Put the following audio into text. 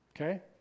okay